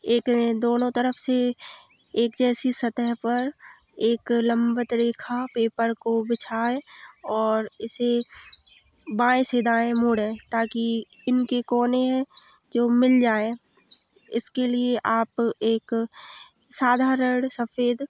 एक दोनों तरफ से एक जैसी सतह पर एक लंबवत रेखा पेपर को बिछाएँ और इसे बाएँ से दाएँ मोड़ें ताकि इनके कोने जो मिल जाएँ इसके लिए आप एक साधारण सफेद